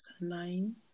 nine